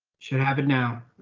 should have it now.